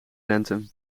lente